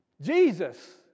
Jesus